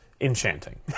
enchanting